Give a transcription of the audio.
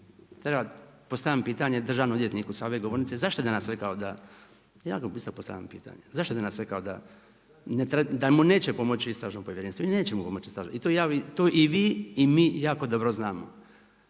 znam, postavljam pitanje državnom odvjetniku sa ove govornice, zašto je danas rekao, i ja isto postavljam pitanje, zašto je danas rekao da mu neće pomoći istražno povjerenstvo. I neće mu pomoći i to i vi i mi jako dobro znamo.